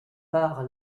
par